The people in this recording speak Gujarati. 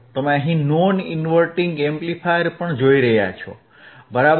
તમે અહીં નોન ઈનવર્ટીંગ એમ્પ્લીફાયર જોઈ રહ્યા છો બરાબર